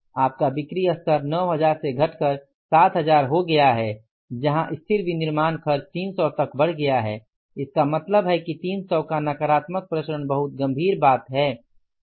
आपका बिक्री स्तर 9000 से घटकर 7000 हो गया है जहां स्थिर विनिर्माण खर्च 300 तक बढ़ गया है इसका मतलब है कि 300 का नकारात्मक प्रसरण बहुत गंभीर बात है